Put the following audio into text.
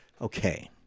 okay